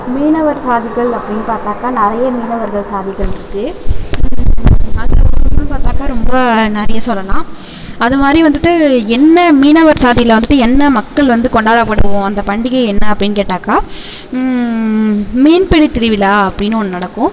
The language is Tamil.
மீனவர் சாதிகள் அப்படின்னு பார்த்தாக்கா நிறைய மீனவர்கள் சாதிகள் இருக்குது பார்த்தாக்கா ரொம்ப நிறைய சொல்லலாம் அது மாதிரி வந்துட்டு என்ன மீனவர் சாதியில வந்துட்டு என்ன மக்கள் வந்து கொண்டாடப்படுவோம் அந்த பண்டிகை என்ன அப்டின்னு கேட்டாக்கா மீன்பிடித்திருவிலா அப்படின்னு ஒன்று நடக்கும்